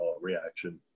reaction